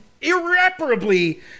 irreparably